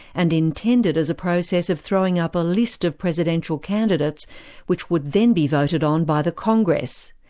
and intended as a process of throwing up a list of presidential candidates which would then be voted on by the congress.